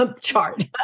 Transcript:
chart